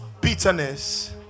bitterness